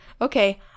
okay